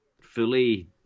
fully